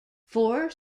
four